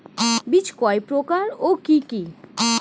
বীজ কয় প্রকার ও কি কি?